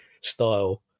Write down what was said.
style